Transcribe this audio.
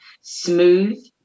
smooth